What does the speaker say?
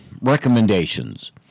recommendations